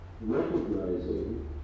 recognizing